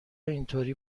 اینطوری